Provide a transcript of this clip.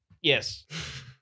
yes